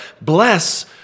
Bless